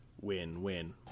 win-win